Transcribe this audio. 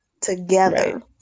together